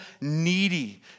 needy